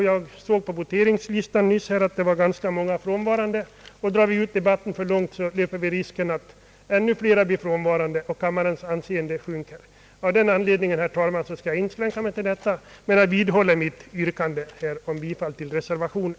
Jag såg på voteringssiffrorna nyss att ganska många är frånvarande, och drar vi ut debatten för långt löper vi risken att ännu flera blir frånvarande och kammarens anseende sjunker. Av den anledningen, herr talman, skall jag inskränka mig till detta, men jag vidhåller mitt yrkande om bifall till reservationen.